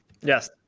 Yes